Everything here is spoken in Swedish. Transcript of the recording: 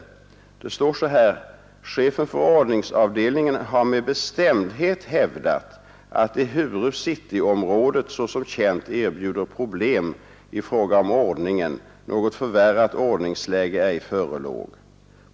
Det står så här: ”Chefen för ordningsavdel ningen har med bestämdhet hävdat att, ehuru cityområdet såsom känt erbjuder problem i fråga om ordningen, något förvärrat ordningsläge ej förelåg.